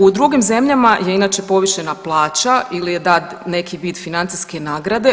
U drugim zemljama je inače povišena plaća ili je dat neki vid financijske nagrade.